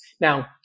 Now